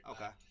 Okay